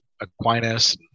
Aquinas